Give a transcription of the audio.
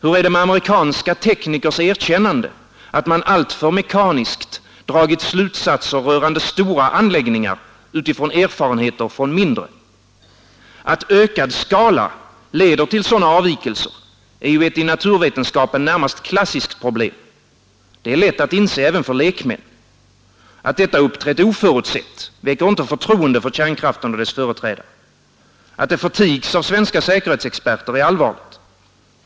Hur är det med amerikanska teknikers erkännande att man alltför mekaniskt dragit slutsatser rörande stora anläggningar utifrån erfarenheter av mindre? Att ökad skala leder till sådana avvikelser är ju ett i naturvetenskapen närmast klassiskt problem. Det är lätt att inse även för lekmän. Att detta uppträtt oförutsett väcker inte förtroende för kärnkraften och dess företrädare. Att det förtigs av svenska säkerhetsexperter är allvarligt.